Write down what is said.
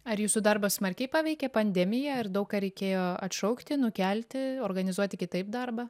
ar jūsų darbą smarkiai paveikė pandemija ar daug ką reikėjo atšaukti nukelti organizuoti kitaip darbą